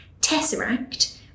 Tesseract